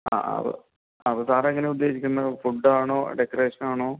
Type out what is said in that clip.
ആ ആ അപ്പോൾ അപ്പോൾ സർ എങ്ങനെ ഉദ്ദേശിക്കുന്നത് ഫുഡ് ആണോ ഡെക്കറേഷൻ ആണോ